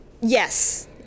yes